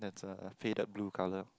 it's a faded blue colour